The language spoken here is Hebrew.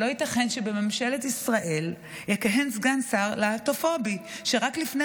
שלא ייתכן שבממשלת ישראל יכהן סגן שר להט"בפובי שרק לפני